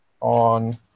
on